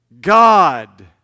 God